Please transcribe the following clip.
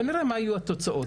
ונראה מה יהיו התוצאות.